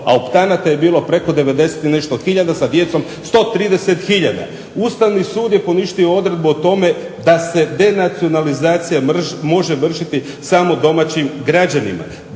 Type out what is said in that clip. a optanata je bilo preko 90 i nešto hiljada sa djecom 130 hiljada. Ustavni sud je poništio odredbu o tome da se denacionalizacija može vršiti samo domaćim građanima.